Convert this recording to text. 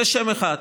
זה שם אחד.